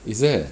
is it